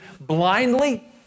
blindly